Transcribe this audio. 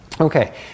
Okay